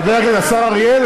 חבר הכנסת השר אריאל,